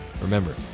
Remember